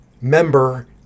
member